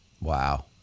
wow